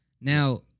Now